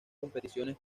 competiciones